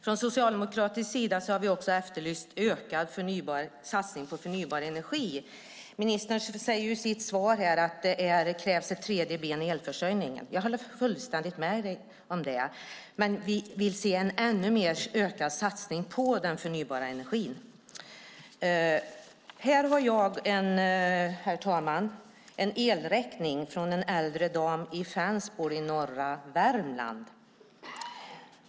Vi socialdemokrater har också efterlyst en ökad satsning på förnybar energi. Ministern säger i sitt svar att det krävs ett tredje ben i elförsörjningen. Jag håller fullständigt med om det, men vi vill se en ännu större satsning på den förnybara energin. Herr talman! Jag har i min hand en elräkning från en äldre dam i Färnebo i norra Värmland.